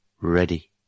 Ready